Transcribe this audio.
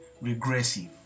regressive